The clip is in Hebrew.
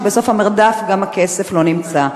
שבסוף המרדף גם הכסף לא נמצא.